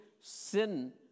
sin